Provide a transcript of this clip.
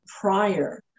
prior